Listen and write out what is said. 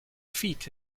feet